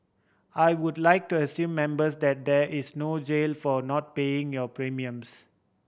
I would like to assure Members that there is no jail for not paying your premiums